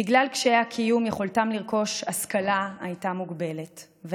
בגלל קשיי הקיום יכולתם לרכוש השכלה הייתה מוגבלת,